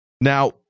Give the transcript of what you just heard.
Now